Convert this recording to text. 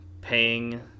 paying